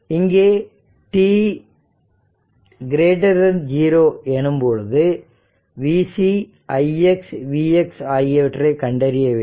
இங்கே t0 எனும் பொழுது Vc Ix Vx ஆகியவற்றை கண்டறிய வேண்டும்